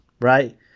right